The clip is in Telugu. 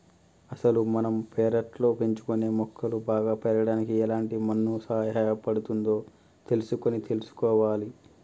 అసలు మనం పెర్లట్లో పెంచుకునే మొక్కలు బాగా పెరగడానికి ఎలాంటి మన్ను సహాయపడుతుందో తెలుసుకొని తీసుకోవాలి